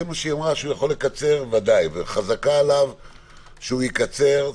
חזקה עליו שיקצר.